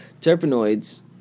terpenoids